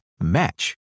match